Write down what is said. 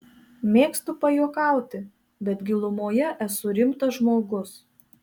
mėgstu pajuokauti bet gilumoje esu rimtas žmogus